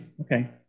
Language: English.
Okay